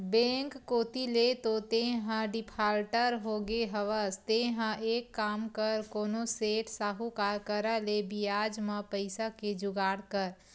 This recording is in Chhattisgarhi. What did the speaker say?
बेंक कोती ले तो तेंहा डिफाल्टर होगे हवस तेंहा एक काम कर कोनो सेठ, साहुकार करा ले बियाज म पइसा के जुगाड़ कर